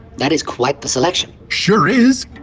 that is quite the selection! sure is!